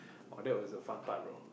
!wow! that was the fun part bro